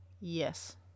Yes